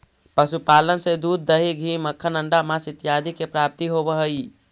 पशुपालन से दूध, दही, घी, मक्खन, अण्डा, माँस इत्यादि के प्राप्ति होवऽ हइ